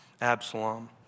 Absalom